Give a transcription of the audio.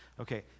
Okay